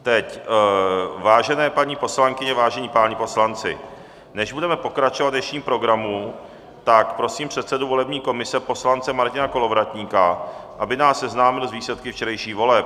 Teď, vážené paní poslankyně, vážení páni poslanci, než budeme pokračovat v dnešním programu, prosím předsedu volební komise poslance Martina Kolovratníka, aby nás seznámil s výsledky včerejších voleb.